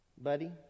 Buddy